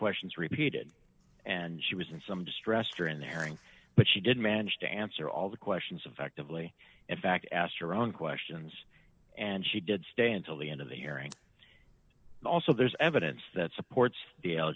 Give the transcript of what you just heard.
questions repeated and she was in some distressed or in their ink but she did manage to answer all the questions affectively in fact asked her own questions and she did stay until the end of the hearing also there's evidence that supports the l